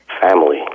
Family